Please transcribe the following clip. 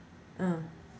uh